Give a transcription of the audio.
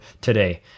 today